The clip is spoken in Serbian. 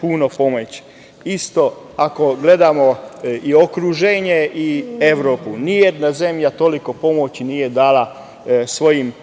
punu pomoć. Isto ako gledamo i okruženje i Evropu, nijedna zemlja toliko pomoći nije dala svojim